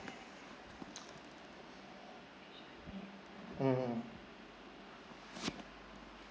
mmhmm